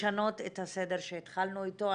לשנות את הסדר שהתחלנו איתו.